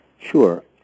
Sure